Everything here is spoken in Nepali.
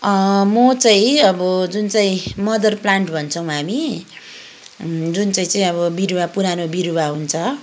म चाहिँ अब जुन चाहिँ मदर प्लान्ट भन्छौँ हामी जुन चाहिँ चाहिँ अब बिरुवा पुरानो बिरुवा हुन्छ